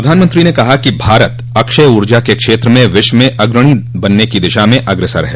प्रधानमंत्री ने कहा कि भारत अक्षय ऊर्जा के क्षेत्र में विश्व में अग्रणी बनने की दिशा में अग्रसर है